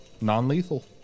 non-lethal